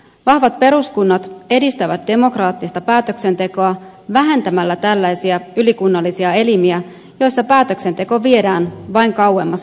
vahvat peruskunnat edistävät demokraattista päätöksentekoa vähentämällä tällaisia ylikunnallisia elimiä joissa päätöksenteko viedään vain kauemmas kuntalaisista